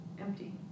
empty